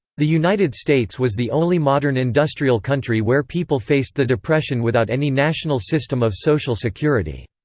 the united states was the only modern industrial country where people faced the depression without any national system of social security.